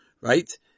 right